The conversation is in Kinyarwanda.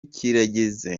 kirageze